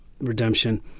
Redemption